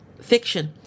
fiction